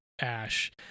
Ash